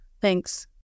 Thanks